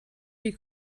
die